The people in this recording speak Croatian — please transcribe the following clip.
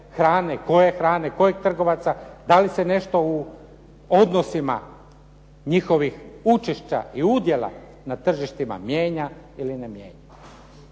koje hrane, kojih trgovaca, da li se nešto u odnosima njihovih učešća i udjela na tržištima mijenja ili ne mijenja.